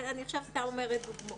אני עכשיו סתם אומרת דוגמאות.